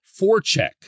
forecheck